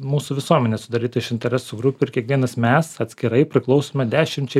mūsų visuomenė sudaryta iš interesų grupių ir kiekvienas mes atskirai priklausome dešimčiai